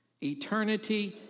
Eternity